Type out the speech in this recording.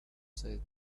says